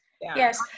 yes